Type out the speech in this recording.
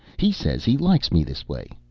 he says he likes me this way.